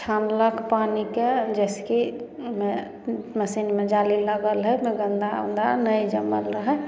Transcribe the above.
छनलक पानी के जैसे कि मशीनमे जाली लगल हइ ने गन्दा अन्दर नहि जमल रहै